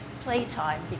playtime